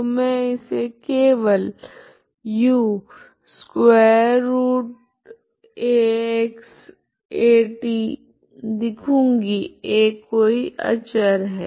तो मैं इसे केवल u√axat लिखूँगी a कोई अचर है